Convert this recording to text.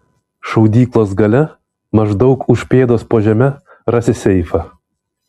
šaudyklos gale maždaug už pėdos po žeme rasi seifą